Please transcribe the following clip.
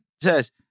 says